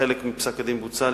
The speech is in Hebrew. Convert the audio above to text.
חלק מפסק-הדין בוצע,